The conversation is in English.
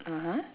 (uh huh)